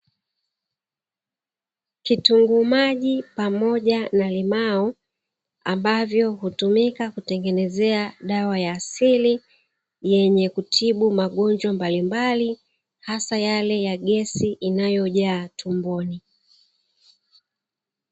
Kitunguu maji pamoja na limao ambavyo, hutumika kutengenezea dawa ya asili yenye kutibu magonjwa mbalimbali hasa yale ya gesi inayojaa tumboni.